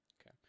Okay